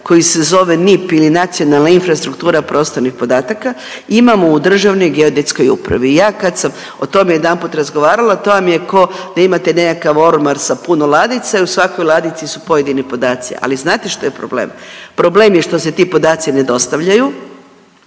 koji se zove NIP ili Nacionalna infrastruktura prostornih podataka imamo u Državnoj geodetskoj upravi i ja kad sam o tome jedanput razgovarala to vam je ko da imate nekakav ormar sa puno ladica i u svakoj ladici su pojedini podaci. Ali znate što je problem? Problem je što se ti podaci ne dostavljaju